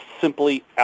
simply